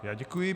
Já děkuji.